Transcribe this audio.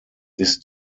ist